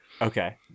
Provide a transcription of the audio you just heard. Okay